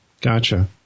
Gotcha